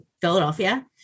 Philadelphia